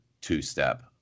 two-step